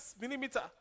millimeter